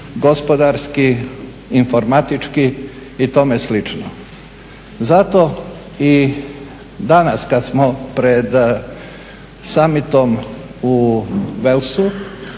gospodarski, informatički i tome slično. Zato i danas kad smo pred … u Walesu,